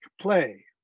play